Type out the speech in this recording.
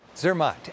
Zermatt